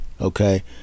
okay